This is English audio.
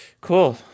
Cool